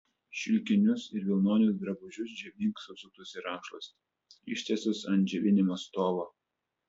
šilkinius ir vilnonius drabužius džiovink susuktus į rankšluostį ištiestus ant džiovinimo stovo